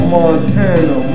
Montana